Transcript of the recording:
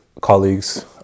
colleagues